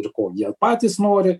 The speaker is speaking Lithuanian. ir ko jie patys nori